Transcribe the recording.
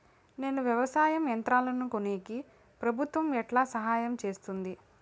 నేను వ్యవసాయం యంత్రాలను కొనేకి ప్రభుత్వ ఎట్లా సహాయం చేస్తుంది?